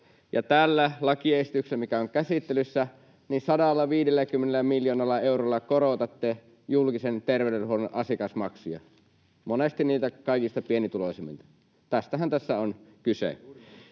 tällä lakiesityksellä, mikä on käsittelyssä, 150 miljoonalla eurolla korotatte julkisen terveydenhuollon asiakasmaksuja, monesti niiltä kaikista pienituloisimmilta. Tästähän tässä on kyse.